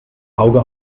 auge